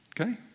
okay